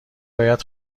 باید